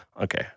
okay